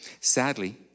Sadly